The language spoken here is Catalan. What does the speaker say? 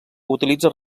utilitza